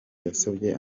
yasabye